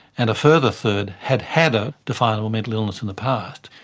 and a further third had had a definable mental illness in the past.